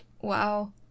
Wow